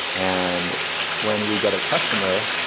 and when we get a customer,